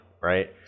right